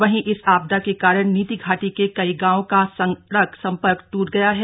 वहीं इस आपदा के कारण नीति घाटी के कई गाँव का सड़क संपर्क ट्रट गया है